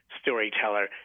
storyteller